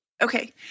Okay